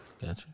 Gotcha